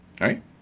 Right